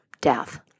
death